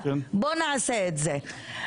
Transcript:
בואו נעשה את זה.